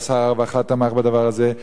ושר הרווחה תמך בדבר הזה,